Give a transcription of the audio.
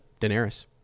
Daenerys